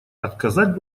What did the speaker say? отказать